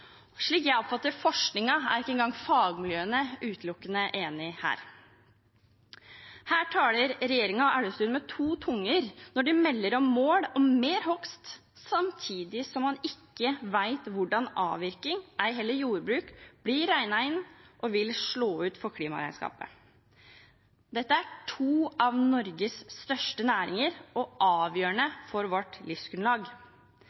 Slik jeg oppfatter forskningen, er ikke engang fagmiljøene utelukkende enige her. Her taler regjeringen og Elvestuen med to tunger når de melder om mål om mer hogst samtidig som man ikke vet hvordan avvirkning, ei heller jordbruk, blir regnet inn og vil slå ut for klimaregnskapet. Dette er to av Norges største næringer og